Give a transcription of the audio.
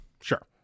Sure